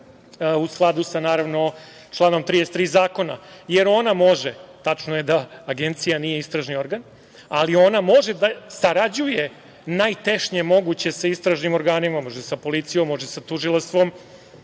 u skladu sa članom 33. Zakona. Tačno je da Agencija nije istražni organ, ali ona može da sarađuje najtešnje moguće sa istražnim organima, može sa policijom, može sa tužilaštvom,